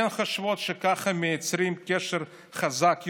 כי הן חושבות שככה הן מייצרות קשר חזק יותר,